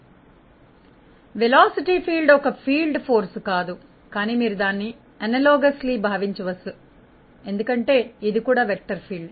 వేగం క్షేత్రం ఒక శక్తి క్షేత్రము కాదు కానీ మీరు దాని యొక్క సాదృశ్యంగా భావించవచ్చు ఎందుకంటే ఇది కూడా వెక్టర్ ఫీల్డ్